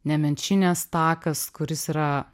nemenčinės takas kuris yra